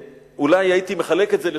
אולי הייתי מחלק את זה לשלושה,